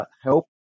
Help